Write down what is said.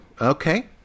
okay